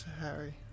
Harry